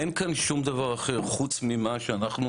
אין כאן שום דבר אחר חוץ ממה שאנחנו